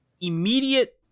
immediate